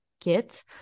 get